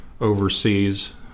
overseas